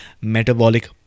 metabolic